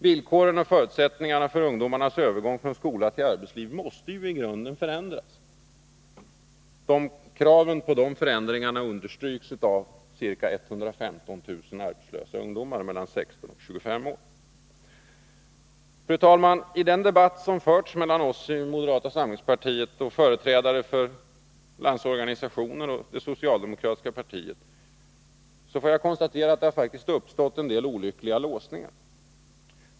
Villkoren och förutsättningarna för ungdomarnas övergång från skola till arbetsliv måste i grunden förändras. Kraven på de förändringarna understryks av ca 115 000 arbetslösa ungdomar mellan 16 och 25 år. Fru talman! I den debatt som förts mellan oss i moderata samlingspartiet och företrädare för landsorganisationen och det socialdemokratiska partiet har det uppstått en del olyckliga låsningar.